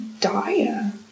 dire